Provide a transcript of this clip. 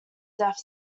death